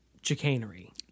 chicanery